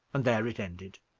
and there it ended.